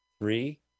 Three